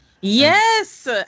Yes